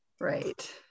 Right